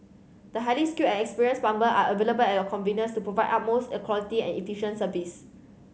the highly skilled and experienced plumber are available at your convenience to provide utmost a quality and efficient service